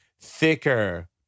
thicker